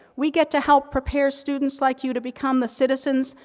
we get to help prepare students like you to become the citizens,